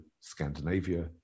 scandinavia